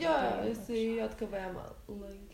jo jisai jotkėvėemą lankė